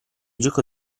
gioco